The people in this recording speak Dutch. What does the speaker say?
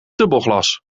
dubbelglas